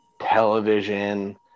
television